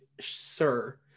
sir